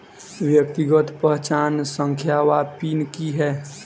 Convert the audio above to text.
व्यक्तिगत पहचान संख्या वा पिन की है?